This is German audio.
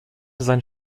sein